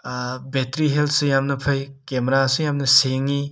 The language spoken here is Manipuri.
ꯕꯦꯇ꯭ꯔꯤ ꯍꯦꯜꯠꯁꯨ ꯌꯥꯝꯅ ꯐꯩ ꯀꯦꯝꯔꯥꯁꯨ ꯌꯥꯝꯅ ꯁꯦꯡꯏ